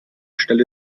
stelle